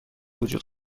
وجود